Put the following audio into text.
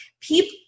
People